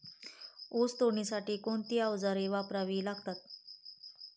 ऊस तोडणीसाठी कोणती अवजारे वापरावी लागतात?